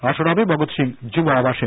আসর হবে ভগৎ সিং যুব আবাসে